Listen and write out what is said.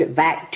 back